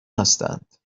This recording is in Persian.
هستند